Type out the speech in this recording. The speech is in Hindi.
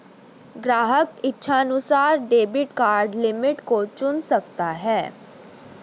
ग्राहक इच्छानुसार डेबिट कार्ड लिमिट को चुन सकता है